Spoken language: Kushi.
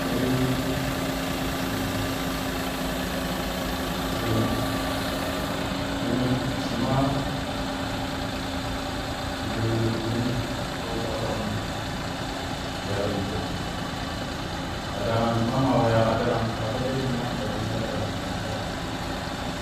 Sai shurmi, shurmi shi maa ti leu ya kiwoni ko sha fokni ti yai ka yippo ka darang shi man ma weya ka darang pelle ti mina ta minin ka darang in sha